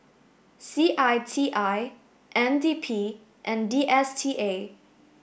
C I T I N D P and D S T A